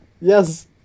Yes